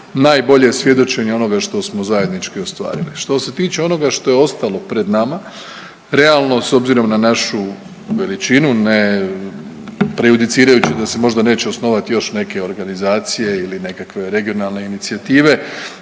najbolje svjedočenje onoga što smo zajednički ostvarili. Što se tiče onoga što je ostalo pred nama realno s obzirom na našu veličinu ne prejudicirajući da se možda neće osnovati još neke organizacije ili nekakve regionalne inicijative